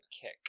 kick